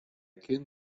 kin